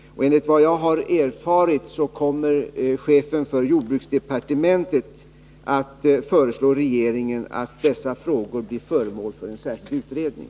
Enligt vad jag har erfarit kommer chefen för jordbruksdepartementet att föreslå regeringen att dessa frågor blir föremål för en särskild utredning.